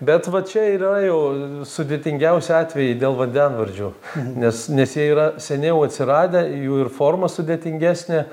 bet va čia yra jau sudėtingiausi atvejai dėl vandenvardžių nes nes jie yra seniau atsiradę jų ir forma sudėtingesnė